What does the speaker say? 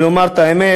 אם לומר את האמת,